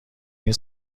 این